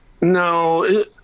No